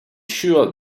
sure